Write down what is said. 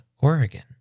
Oregon